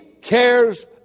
cares